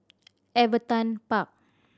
Everton Park